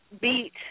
beat